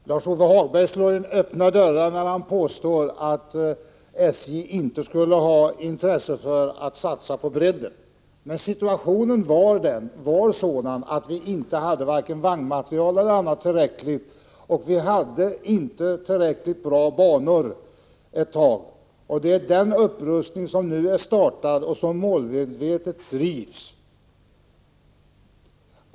Fru talman! Lars-Ove Hagberg slår in öppna dörrar när han påstår att SJ inte skulle ha intresse för att satsa på bredden. Men situationen var sådan en tid att vi varken hade vagnmateriel eller annat i tillräcklig utsträckning. Vi hade inte heller tillräckligt bra banor. Det är en upprustning därvidlag som nu är startad och som drivs målmedvetet.